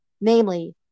namely